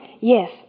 Yes